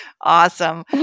Awesome